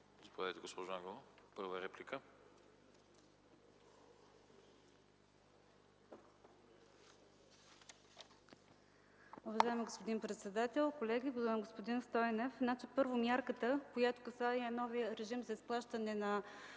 господин председател, колеги! Господин Стойнев, първо, мярката, която касае новия режим за плащане на